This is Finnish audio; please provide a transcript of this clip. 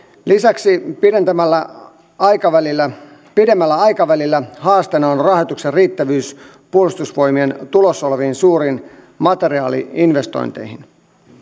lisäksi pidemmällä aikavälillä pidemmällä aikavälillä haasteena on on rahoituksen riittävyys puolustusvoimien tulossa oleviin suuriin materiaali investointeihin